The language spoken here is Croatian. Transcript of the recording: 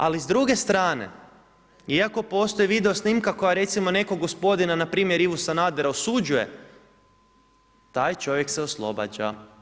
Ali s druge strane, iako postoji video snima koja recimo nekog gospodina npr. Ivu Sanadera osuđuje, taj čovjek se oslobađa.